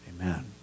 amen